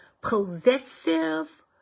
possessive